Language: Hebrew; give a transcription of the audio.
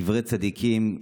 קברי צדיקים,